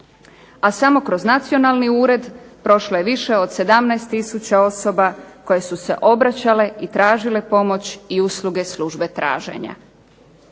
a samo kroz nacionalni ured prošlo je više od 17 tisuća osoba koje su se obraćale i tražile pomoći i usluge službe traženja.